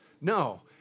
No